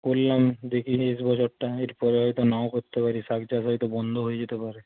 করলাম দেখি নেক্সট বছরটা এরপরে হয়তো নাও করতে পারি শাক চাষ হয়তো বন্ধ হয়ে যেতে পারে